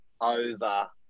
over